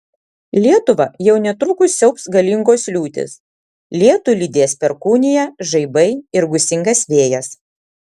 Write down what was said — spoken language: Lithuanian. lietuvą jau netrukus siaubs galingos liūtys lietų lydės perkūnija žaibai ir gūsingas vėjas